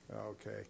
Okay